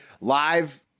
Live